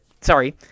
Sorry